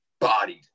bodied